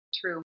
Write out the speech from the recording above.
True